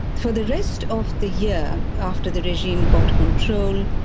for the rest of the year after the regime got control,